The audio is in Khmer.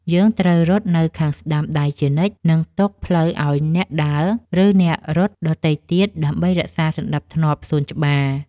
យើងត្រូវរត់នៅខាងស្ដាំដៃជានិច្ច និងទុកផ្លូវឱ្យអ្នកដើរ ឬអ្នករត់ដទៃទៀត ដើម្បីរក្សាសណ្ដាប់ធ្នាប់សួនច្បារ។